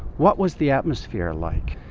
what was the atmosphere like?